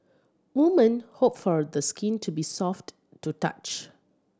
woman hope for the skin to be soft to touch